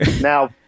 Now